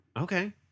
Okay